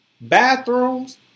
bathrooms